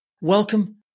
welcome